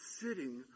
sitting